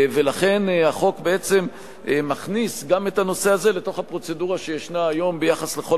לכן החוק בעצם מכניס גם את הנושא הזה לתוך הפרוצדורה שיש היום ביחס לכל